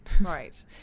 Right